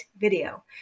video